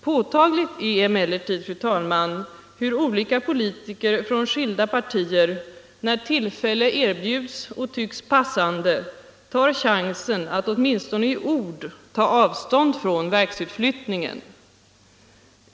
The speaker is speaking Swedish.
Påtagligt är emellertid, fru talman, hur olika politiker från skilda partier när tillfälle erbjuds och tycks passande tar chansen att åtminstone i ord ta avstånd från verksutflyttningen.